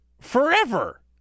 forever